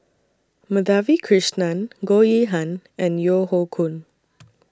Madhavi Krishnan Goh Yihan and Yeo Hoe Koon